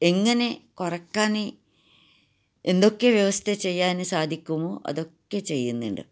എങ്ങനെ കുറയ്ക്കാന് എന്തൊക്കെ വ്യവസ്ഥ ചെയ്യാന് സാധിക്കുമോ അതൊക്കെ ചെയ്യുന്നുണ്ട്